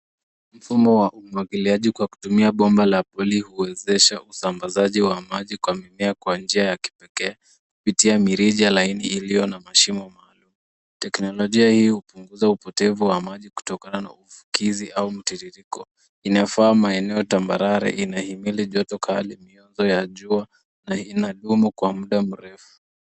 Mfumo wa umwagiliaji kwa kutumia bomba la poly huwezesha usambazaji wa maji kwa mimea kwa njia ya kipekee kupitia mirija laini iliyo na mashimo maalum. Teknolojia hii hupunguza upotevu wa maji kutokana na ufukizi au mtiririko. Inafaa maeneo tambarare. Inahimili joto kali, miunzo ya jua na ina dumu kwa muda murefu.